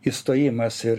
įstojimas ir